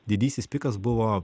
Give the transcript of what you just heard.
didysis pikas buvo